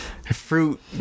Fruit